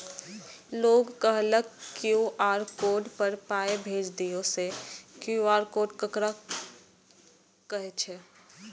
लोग कहलक QR code पर पाय भेज दियौ से क्यू.आर कोड ककरा कहै छै?